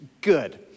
Good